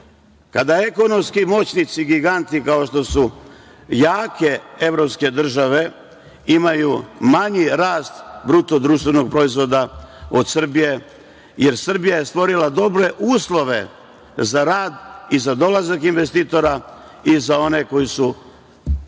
kada ekonomski moćnici, giganti kao što su jake evropske države imaj manji rast BDP od Srbije, jer Srbija je stvorila dobre uslove za rad i za dolazak investitora i za one koji su